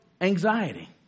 anxiety